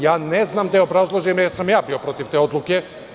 Ja ne znam da je obrazložim jer sam i ja bio protiv te odluke.